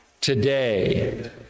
today